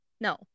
No